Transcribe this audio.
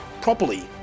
properly